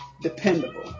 dependable